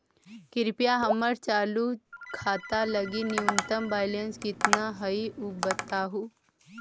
कृपया हमर चालू खाता लगी न्यूनतम बैलेंस कितना हई ऊ बतावहुं